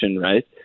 right